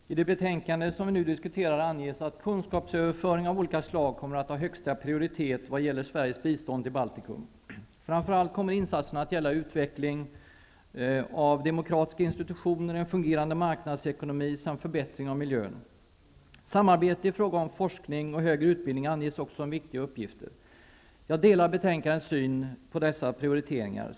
Herr talman! I det betänkande som vi nu diskuterar anges att kunskapsöverföring av olika slag kommer att ha högsta prioritet vad gäller Sveriges bistånd till Baltikum. Framför allt kommer insatserna att gälla utveckling av demokratiska institutioner, en fungerande marknadsekonomi samt förbättring av miljön. Samarbete i fråga om forskning och högre utbildning anges också som viktiga uppgifter. Jag delar betänkandets syn på dessa prioriteringar.